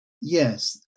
yes